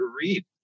read